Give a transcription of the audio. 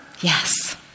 Yes